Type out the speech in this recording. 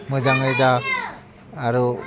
मोजाङै दा आरो